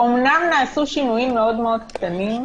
אמנם נעשו שינויים מאוד מאוד קטנים,